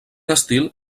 estil